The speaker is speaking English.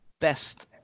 best